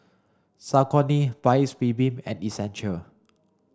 Saucony Paik's Bibim and Essential